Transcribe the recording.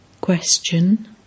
Question